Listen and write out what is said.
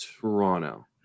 Toronto